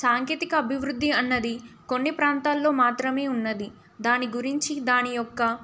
సాంకేతిక అభివృద్ధి అన్నది కొన్ని ప్రాంతాల్లో మాత్రమే ఉన్నది దాని గురించి దాని యొక్క